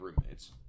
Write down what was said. roommates